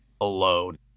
alone